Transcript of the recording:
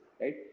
right